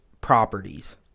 properties